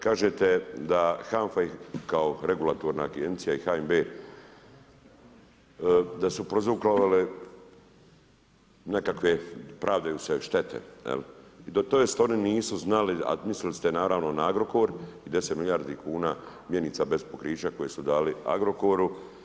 Kažete da HANFA kao regulatorna agencija i HNB da su prouzrokovale nekakve pravdaju se štete tj. da oni nisu znali, a mislili ste naravno na Agrokor i 10 milijardi kuna mjenica bez pokrića koje su dali Agrokoru.